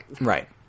Right